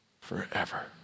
forever